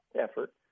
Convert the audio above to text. effort